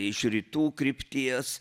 iš rytų krypties